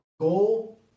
goal